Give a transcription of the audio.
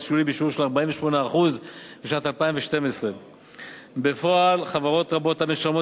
מס שולי בשיעור של 48% בשנת 2012. בפועל חברות רבות המשלמות